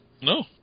no